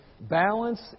balance